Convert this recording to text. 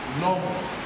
No